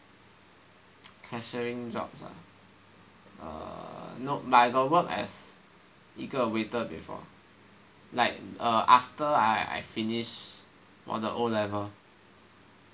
cashiering jobs ah err nope but I got work as 一个 waiter before like err after I finish 我的 O level